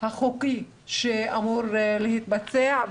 החוקי שאמור להתבצע,